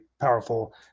powerful